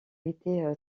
été